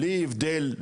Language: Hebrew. בלי הבדל,